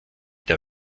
der